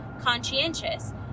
conscientious